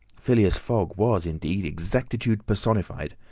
phileas fogg was, indeed, exactitude personified,